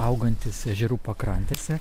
augantis ežerų pakrantėse